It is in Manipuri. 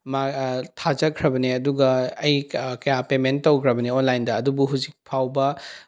ꯊꯥꯖꯈ꯭ꯔꯕꯅꯦ ꯑꯗꯨꯒ ꯑꯩ ꯀꯌꯥ ꯄꯦꯃꯦꯟ ꯇꯧꯈ꯭ꯔꯕꯅꯦ ꯑꯣꯟꯂꯥꯏꯟꯗ ꯑꯗꯨꯕꯨ ꯍꯧꯖꯤꯛꯐꯥꯎꯕ